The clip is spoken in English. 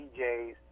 DJs